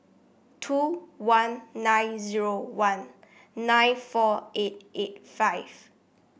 two one nine zero one nine four eight eight five